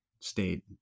state